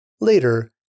Later